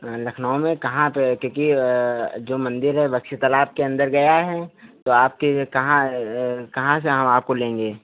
लखनऊ में कहाँ पर है केकि जो मंदिर है वक्षी तालाब के अंदर गया है तो आप के कहाँ कहाँ से हम आपको लेंगे